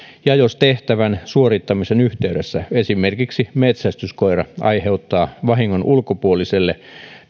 ja jos tehtävän suorittamisen yhteydessä esimerkiksi metsästyskoira aiheuttaa vahingon ulkopuoliselle